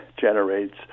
generates